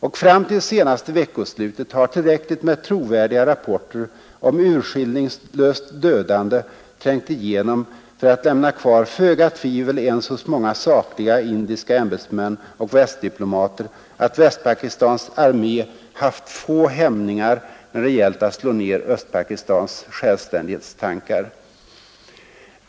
Och fram till senaste veckoslutet har tillräckligt med trovärdiga rapporter om urskillningslöst dödande trängt igenom för att lämna kvar föga tvivel ens hos många sakliga indiska ämbetsmän och västdiplomater att Västpakistans armé haft få hämningar när det gällt att slå ner Östpakistans självständighetstankar.